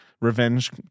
Revenge